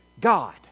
God